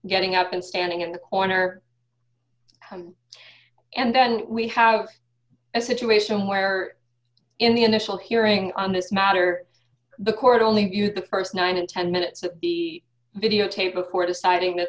getting out and standing in the corner and then we have a situation where in the initial hearing on this matter the court only used the st nine and ten minutes of the videotape before deciding that